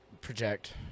project